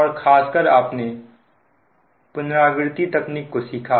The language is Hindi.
और खासकर आपने पुनरावृति तकनीक को सीखा